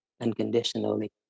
unconditionally